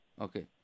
Okay